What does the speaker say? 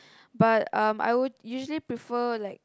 but um I would usually prefer like